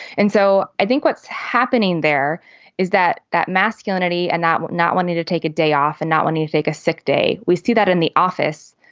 and so i think what's happening there is that that masculinity and that not wanting to take a day off and not when you take a sick day, we see that in the office.